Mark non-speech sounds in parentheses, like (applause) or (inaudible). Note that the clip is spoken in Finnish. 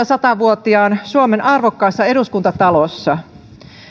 (unintelligible) sata vuotiaan suomen arvokkaassa eduskuntatalossa